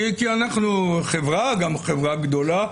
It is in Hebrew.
כי אנחנו חברה גדולה,